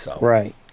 Right